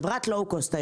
חברת לואו-קוסט,